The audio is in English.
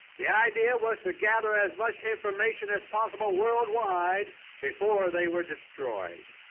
the idea was to gather as much information as possible world-wide before they were destroyed.